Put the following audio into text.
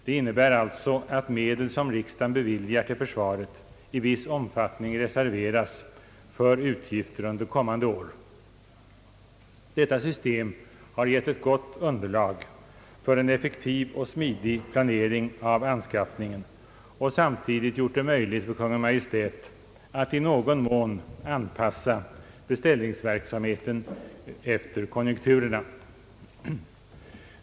Det innebär, att medel som riksdagen beviljar till försvaret i viss omfattning reserveras för utgifter under kommande år. Detta system har givit ett gott underlag för en effektiv och smidig planering av anskaffningen och samtidigt gjort det möjligt för Kungl. Maj:t att i någon mån anpassa beställningsverksamheten efter konjunkturerna.